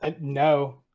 No